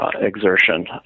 exertion